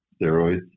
steroids